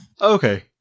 Okay